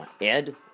Ed